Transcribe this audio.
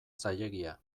zailegia